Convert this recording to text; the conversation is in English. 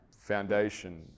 foundation